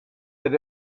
that